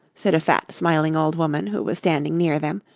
said a fat, smiling old woman who was standing near them,